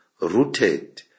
rooted